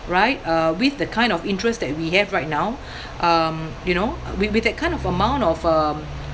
right uh with the kind of interest that we have right now um you know with with that kind of amount of um